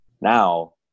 Now